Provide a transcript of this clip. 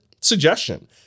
suggestion